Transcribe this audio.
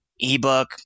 ebook